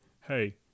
hey